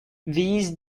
these